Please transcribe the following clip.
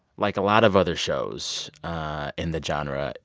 like a lot of other shows in the genre,